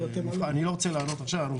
אני לא רוצה לענות עכשיו.